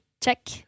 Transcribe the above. Check